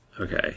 Okay